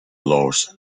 lost